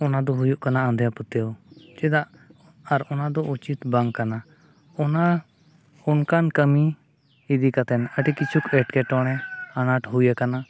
ᱚᱱᱟ ᱫᱚ ᱦᱩᱭᱩᱜ ᱠᱟᱱᱟ ᱟᱸᱫᱷᱟ ᱯᱟᱹᱛᱭᱟᱹᱣ ᱪᱮᱫᱟᱜ ᱟᱨ ᱚᱱᱟᱫᱚ ᱩᱪᱤᱛ ᱵᱟᱝ ᱠᱟᱱᱟ ᱚᱱᱠᱟᱱ ᱠᱟᱹᱢᱤ ᱤᱫᱤ ᱠᱟᱛᱮᱫ ᱟᱹᱰᱤ ᱠᱤᱪᱷᱩ ᱮᱴᱠᱮᱴᱚᱬᱮ ᱟᱱᱟᱴ ᱦᱩᱭ ᱟᱠᱟᱱᱟ